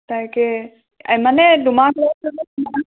তাকে এই মানে দুমাহ ধৰি